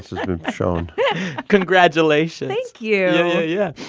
has been shown congratulations thank you yeah,